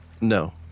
no